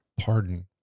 pardon